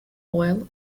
oil